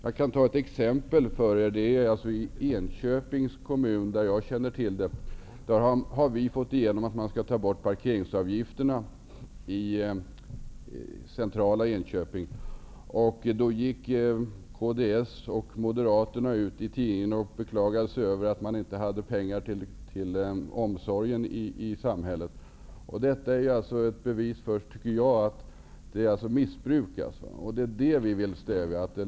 Jag kan ta ett exempel från Enköpings kommun, där jag känner till förhållandena. Där har vårt parti fått igenom att man skall ta bort parkeringsavgifterna i centrala staden. Då gick kds och Moderaterna ut i tidningen och beklagade sig över att det inte fanns pengar till omsorgen i samhället. Detta är ett bevis för, tycker jag, att det förekommer ett missbruk, och det är det vi vill stävja.